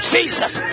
Jesus